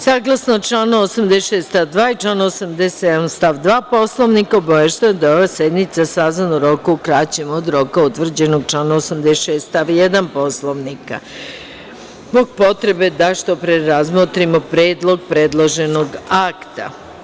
Saglasno članu 86. stav 2. i članu 87. stav 2. Poslovnika, obaveštavam vas da je ova sednica sazvana u roku kraćem od roka utvrđenog članom 86. stav 1. Poslovnika, zbog potrebe da što pre razmotrimo predlog predloženog akta.